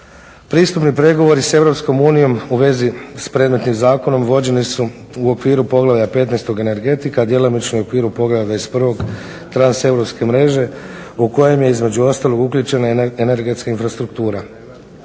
Pristupni pregovori s EU u vezi s predmetnim zakonom vođeni su u okviru Poglavlja XV. – Energetika, a djelomično i u okviru Poglavlja XXI. Transeuropske mreže u kojem je između ostalog uključena i energetska infrastruktura.